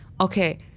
Okay